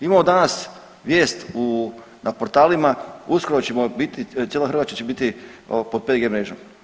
Imamo danas vijest na portalima, uskoro ćemo biti cijela Hrvatska će biti pod 5G mrežom.